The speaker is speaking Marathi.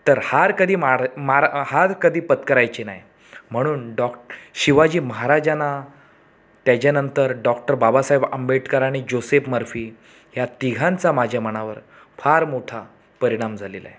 तर हार कधी मार मार हार कधी पत्करायची नाही म्हणून डॉक शिवाजी महाराजाना त्याच्यानंतर डॉक्टर बाबासाहेब आंबेडकर आणि जोसेप मर्फी ह्या तिघांचा माझ्या मनावर फार मोठा परिणाम झालेला आहे